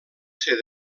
ser